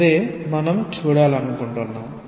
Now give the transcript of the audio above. అదే మనం చూడాలనుకుంటున్నాము